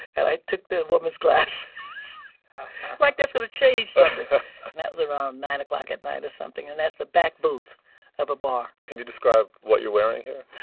and i took the woman's glasses like that's going to change something. and that was around nine o'clock at night or something, and that's the back booth of a bar can you describe what you're wearing here?